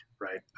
Right